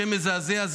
שם מזעזע,